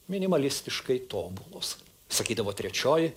minimalistiškai tobulos sakydavo trečioji